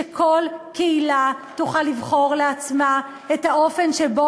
שכל קהילה תוכל לבחור לעצמה את האופן שבו